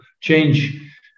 change